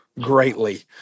greatly